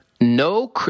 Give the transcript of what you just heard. No